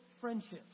friendships